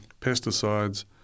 pesticides